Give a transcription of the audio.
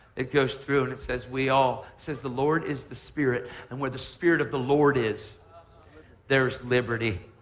it goes through and it says we all it says the lord is the spirit, and where the spirit of the lord is there is liberty.